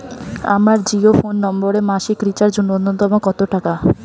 আমার জিও ফোন নম্বরে মাসিক রিচার্জ নূন্যতম কত টাকা?